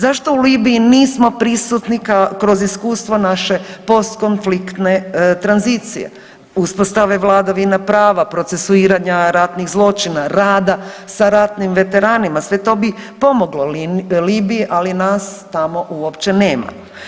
Zašto u Libiji nismo prisutni kroz iskustva naše post konfliktne tranzicije, uspostave vladavine prava procesuiranja ratnih zločina, rada sa ratnim veteranima sve to bi pomoglo Libiji, ali nas tamo uopće nema.